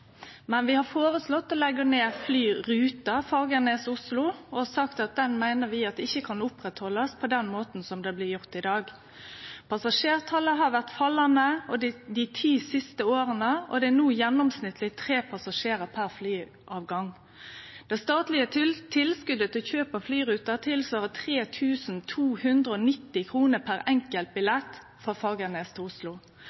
men vi har foreslått å leggje ned flyruta Fagernes–Oslo, og sagt at den meiner vi ikkje kan vidareførast på same måten som i dag. Passasjertalet har vore fallande dei ti siste åra, og det er no gjennomsnittleg tre passasjerar per flyavgang. Det statlege tilskotet til kjøp av flyruta er 3 290 kr per